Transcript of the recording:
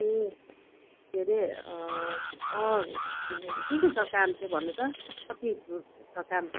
ए केरे अँ केरे केके छ काम चाहिँ भन्नु त कति छ काम